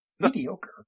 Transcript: Mediocre